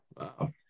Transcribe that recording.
Wow